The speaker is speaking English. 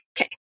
Okay